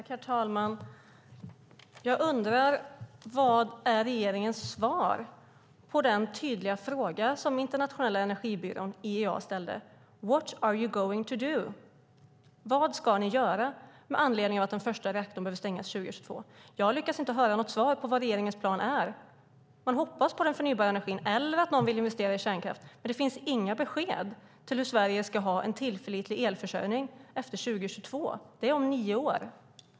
Herr talman! Jag undrar vad regeringens svar är på den tydliga fråga som den internationella energibyrån IEA ställde: What are you going to do? Vad ska ni göra med anledning av att den första reaktorn behöver stängas 2022? Jag har inte lyckats höra något svar på vad regeringens plan är. Man hoppas på den förnybara energin eller att någon vill investera i kärnkraft, men det finns inga besked om hur Sverige ska ha en tillförlitlig elförsörjning efter 2022. Det är om nio år.